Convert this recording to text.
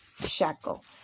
shackle